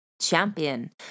champion